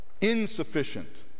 insufficient